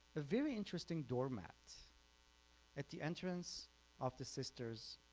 a very interesting doormat at the entrance of the sisters